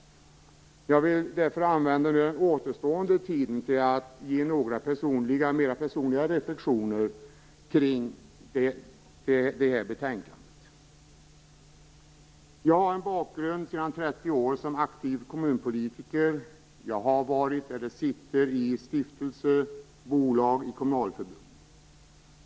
Jag vill därför använda återstoden av min talartid till att göra några mera personliga reflexioner kring betänkandet. Jag har en bakgrund sedan 30 år som aktiv kommunpolitiker. Jag har varit och sitter i stiftelser, bolag, kommunförbund.